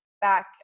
back